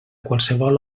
qualsevol